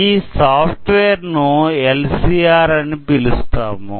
ఈ software ను LCR అని పిలుస్తాము